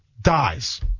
dies